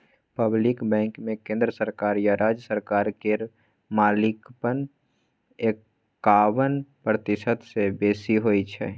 public बैंकमे केंद्र सरकार या राज्य सरकार केर मालिकपन एकाबन प्रतिशत सँ बेसी होइ छै